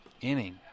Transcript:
inning